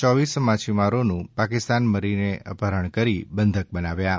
ચોવીસ માછીમારોનું પાકિસ્તાન મરીને અપહરણ કરી બંધક બનાવ્યા છે